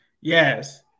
yes